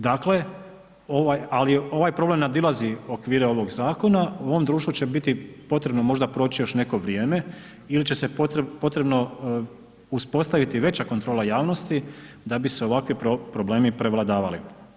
Dakle, ali ovaj problem nadilazi okvire ovog zakona, u ovom društvu će biti potrebno možda proći još neko vrijeme ili će se potrebno uspostaviti veća kontrola javnosti da bi se ovakvi problemi prevladavali.